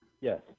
Yes